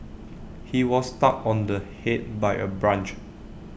he was struck on the Head by A branch